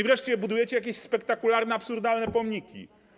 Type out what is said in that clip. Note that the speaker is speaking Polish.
Wreszcie budujecie jakieś spektakularne, absurdalne pomniki.